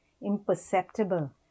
imperceptible